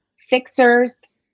fixers